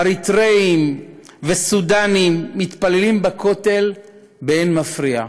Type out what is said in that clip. אריתריאים וסודנים מתפללים בכותל באין מפריע.